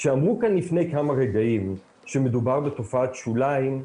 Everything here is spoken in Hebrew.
כשאמרו כאן לפני כמה רגעים שמדובר בתופעת שוליים,